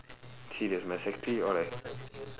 serious my safety all I